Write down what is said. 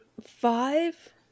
Five